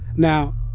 now,